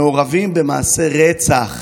היו מעורבים במעשה רצח,